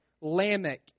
Lamech